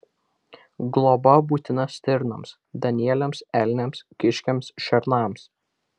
globa būtina stirnoms danieliams elniams kiškiams šernams